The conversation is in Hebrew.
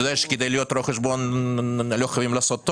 אתה יודע שכדי להיות רואה חשבון לא חייבים לעשות תואר.